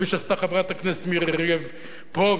כפי שעשתה חברת הכנסת מירי רגב פה,